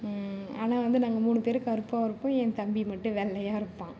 ஆனால் வந்து நாங்கள் மூணு பேரும் கருப்பாக இருப்போம் என் தம்பி மட்டும் வெள்ளையாக இருப்பான்